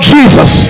Jesus